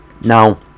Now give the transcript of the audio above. Now